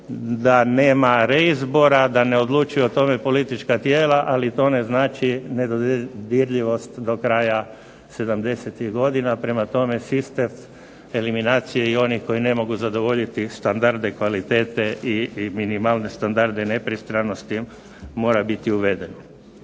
da nema reizbora, da ne odlučuju o tome politička tijela, ali to ne znači nedodirljivost do kraja 70-ih godina, prema tome sistem eliminacije i oni koji ne mogu zadovoljiti standarde kvalitete i minimalne standarde nepristranosti mora biti uveden.